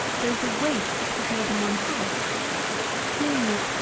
there is a waste of more than one half seeing that,